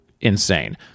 insane